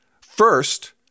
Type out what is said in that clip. first